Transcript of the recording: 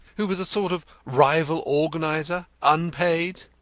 who was a sort of rival organiser, unpaid!